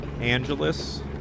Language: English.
Angeles